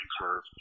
curve